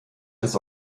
des